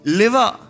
liver